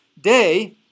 day